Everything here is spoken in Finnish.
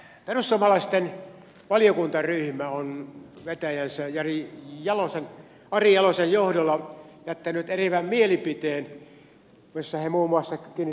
perussuomalaisten valiokuntaryhmä on vetäjänsä ari jalosen johdolla jättänyt eriävän mielipiteen jossa he muun muassa kertovat seuraavaa